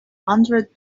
hundred